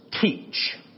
teach